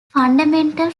fundamental